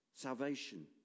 salvation